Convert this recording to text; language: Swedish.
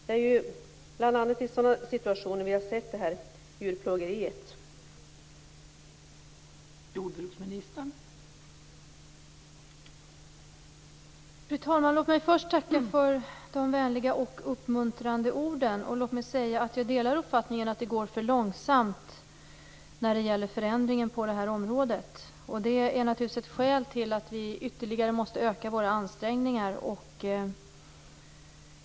Det är bl.a. i sådana situationer som vi har sett att djurplågeriet förekommer.